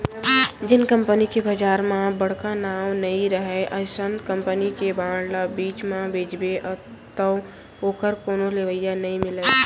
जेन कंपनी के बजार म बड़का नांव नइ रहय अइसन कंपनी के बांड ल बीच म बेचबे तौ ओकर कोनो लेवाल नइ मिलय